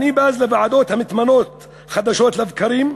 אני בז לוועדות המתמנות חדשות לבקרים,